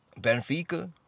Benfica